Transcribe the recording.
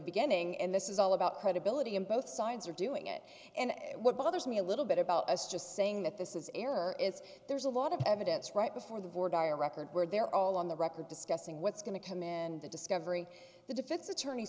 beginning and this is all about credibility and both sides are doing it and what bothers me a little bit about us just saying that this is error is there's a lot of evidence right before the bordighera record where they're all on the record discussing what's going to come in the discovery the defense attorney